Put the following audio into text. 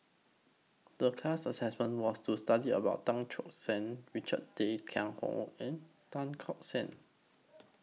The class Assessment was to study about Tan Choke San Richard Tay Tian Hoe and Tan Tock San